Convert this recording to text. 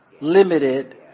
limited